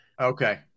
Okay